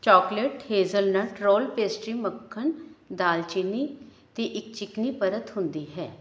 chocolate hazelnut roll pastry ਮੱਖਣ ਦਾਲਚੀਨੀ 'ਤੇ ਇੱਕ ਚਿਕਨੀ ਪਰਤ ਹੁੰਦੀ ਹੈ